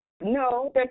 No